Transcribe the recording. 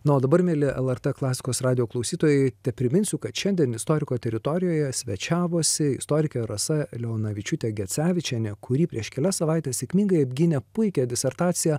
na o dabar mieli lrt klasikos radijo klausytojai tepriminsiu kad šiandien istoriko teritorijoje svečiavosi istorikė rasa leonavičiūtė gecevičienė kuri prieš kelias savaites sėkmingai apgynė puikią disertaciją